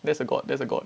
that's a god that's a god